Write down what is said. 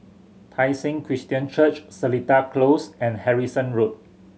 Tai Seng Christian Church Seletar Close and Harrison Road